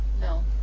no